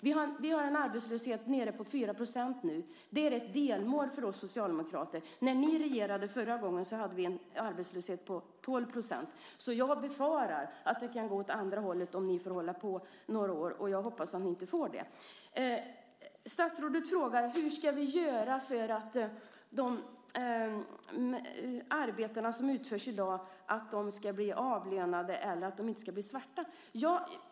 Vi har en arbetslöshet nere på 4 % nu. Det är ett delmål för oss socialdemokrater. När ni regerade förra gången hade vi en arbetslöshet på 12 %. Så jag befarar att det kan gå åt andra hållet om ni får hålla på några år. Jag hoppas att ni inte får det. Statsrådet frågar hur vi ska göra för att de arbeten som utförs i dag ska bli avlönade eller inte svarta.